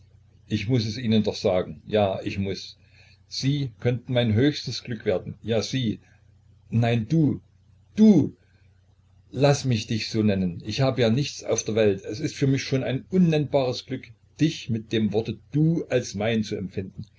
ich muß es ihnen doch sagen ja ich muß sie könnten mein höchstes glück werden ja sie nein du du laß mich dich so nennen ich habe ja nichts auf der welt es ist für mich schon ein unnennbares glück dich mit dem worte du als mein zu empfinden